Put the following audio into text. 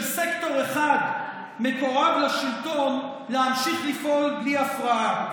סקטור אחד מקורב לשלטון להמשיך לפעול בלי הפרעה.